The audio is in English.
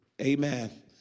Amen